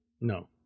no